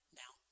now